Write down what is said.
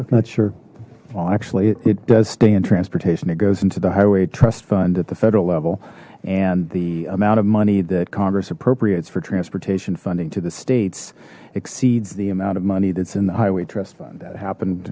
i'm not sure well actually it does stay in transportation it goes into the highway trust fund at the federal level and the amount of money that congress appropriates for transportation funding to the states exceeds the amount of money that's in the highway trust fund that happened